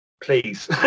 Please